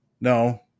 no